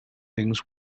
things